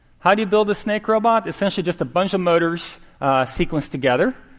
how do you build a snake robot? essentially, just a bunch of motors sequenced together.